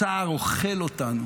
הצער אוכל אותנו.